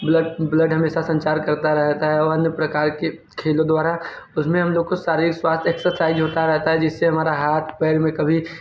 blood blood हमेशा संचार करता रहता है और अन्य प्रकार के खेलों द्वारा उसमें हम लोग को सारे स्वास्थय एक्सरसाइज़ होता रहता है जिससे हमारा हाथ पैर में कभी